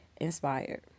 inspired